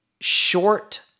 short